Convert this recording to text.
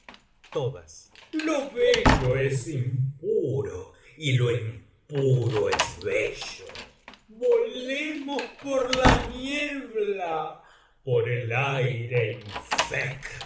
lo bello es impuro y lo impuro es bello volemos por la niebla por el aire